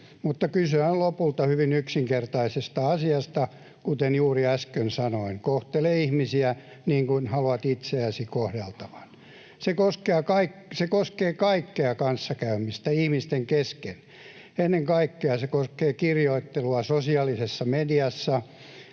mutta kyse on lopulta hyvin yksinkertaisesta asiasta, kuten juuri äsken sanoin: kohtele ihmisiä niin kuin haluat itseäsi kohdeltavan. Se koskee kaikkea kanssakäymistä ihmisten kesken. Ennen kaikkea se koskee kirjoittelua sosiaalisessa mediassa